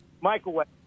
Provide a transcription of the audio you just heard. Microwave